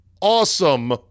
awesome